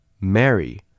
Mary